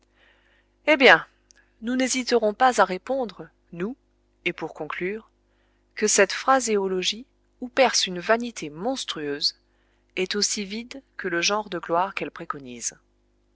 eh bien nous n'hésiterons pas à répondre nous et pour conclure que cette phraséologie où perce une vanité monstrueuse est aussi vide que le genre de gloire qu'elle préconise